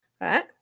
right